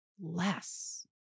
less